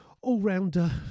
all-rounder